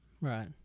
Right